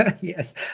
yes